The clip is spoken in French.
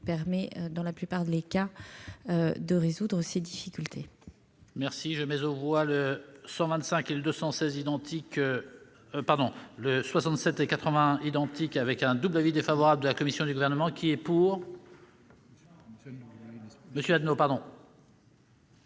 permet donc, dans la plupart des cas, de résoudre ces difficultés.